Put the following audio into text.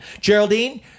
Geraldine